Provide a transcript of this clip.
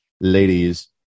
ladies